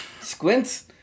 squints